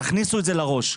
תכניסו את זה לראש.